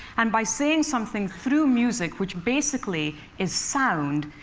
and by saying something through music, which basically is sound,